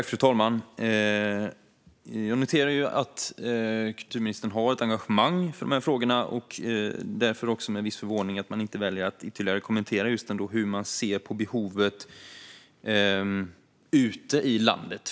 Fru talman! Jag noterar att kulturministern har ett engagemang för de här frågorna, och därför noterar jag också med viss förvåning att hon inte väljer att ytterligare kommentera just hur man ser på behovet ute i landet.